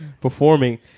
performing